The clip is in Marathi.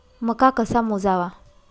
मका कसा मोजावा?